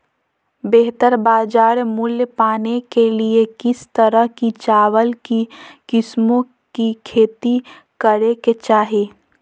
बेहतर बाजार मूल्य पाने के लिए किस तरह की चावल की किस्मों की खेती करे के चाहि?